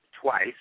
twice